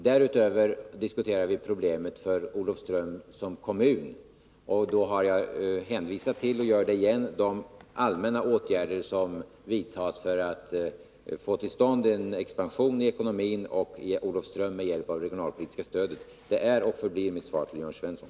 Därutöver diskuterar vi problemet för Olofström som kommun, och i det sammanhanget har jag hänvisat till — och gör det igen — de allmänna åtgärder som vidtagits för att få till stånd en expansion av ekonomin i Olofström med hjälp av det regionalpolitiska stödet. Det är och förblir mitt svar till Jörn Svensson.